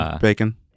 bacon